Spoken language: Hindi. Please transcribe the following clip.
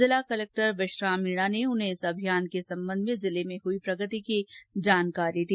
जिला कलेक्टर विश्राम मीणा ने उन्हें इस अभियान के सम्बन्ध में जिले में हई प्रगति की जानकारी दी